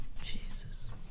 Jesus